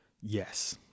yes